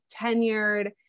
tenured